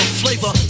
flavor